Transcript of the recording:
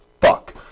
Fuck